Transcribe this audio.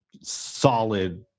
solid